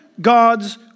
God's